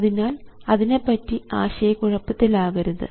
അതിനാൽ അതിനെപ്പറ്റി ആശയക്കുഴപ്പത്തിൽ ആകരുത്